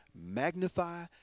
magnify